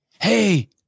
hey